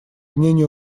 мнению